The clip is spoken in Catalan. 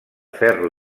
ferro